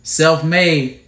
self-made